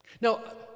Now